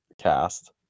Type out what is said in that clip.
cast